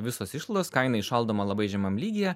visos išlaidos kaina įšaldoma labai žemam lygyje